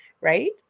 Right